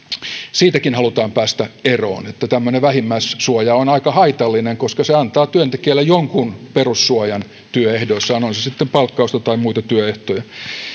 siitäkin halutaan päästä eroon kun tämmöinen vähimmäissuoja on aika haitallinen koska se antaa työntekijälle jonkun perussuojan hänen työehdoissaan on se sitten palkkausta tai muita työehtoja